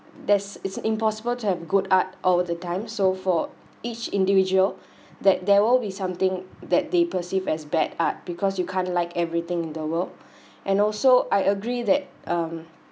there's it's impossible to have good art all the time so for each individual that there will be something that they perceive as bad art because you can't like everything in the world and also I agree that um